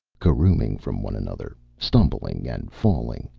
caroming from one another, stumbling and falling.